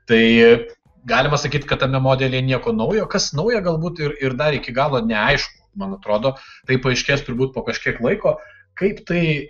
tai galima sakyt kad tame modelyje nieko naujo kas nauja galbūt ir ir dar iki galo neaišku man atrodo tai paaiškės turbūt po kažkiek laiko kaip tai